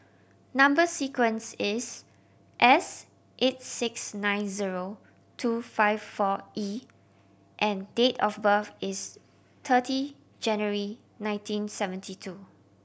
number sequence is S eight six nine zero two five four E and date of birth is thirty January nineteen seventy two